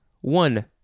One